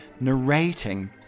narrating